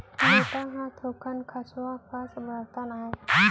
लोटा ह थोकन खंचवा कस बरतन आय